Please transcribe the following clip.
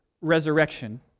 resurrection